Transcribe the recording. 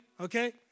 Okay